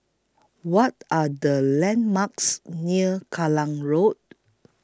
What Are The landmarks near Kallang Road